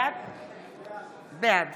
בעד